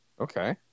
okay